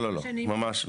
לא, ממש לא.